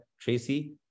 Tracy